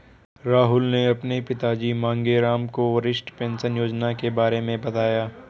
राहुल ने अपने पिताजी मांगेराम को वरिष्ठ पेंशन योजना के बारे में बताया